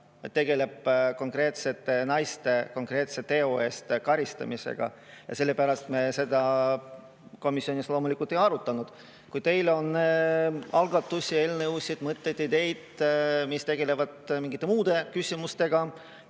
tegeleb konkreetsete naiste konkreetse teo eest karistamisega. Sellepärast me [juurpõhjusi] komisjonis loomulikult ei arutanud. Kui teil on algatusi, eelnõusid, mõtteid, ideid, mis tegelevad mingite muude küsimustega,